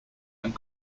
and